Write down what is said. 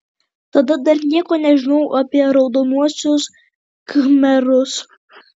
tada dar nieko nežinojau apie raudonuosius khmerus